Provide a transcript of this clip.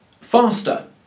faster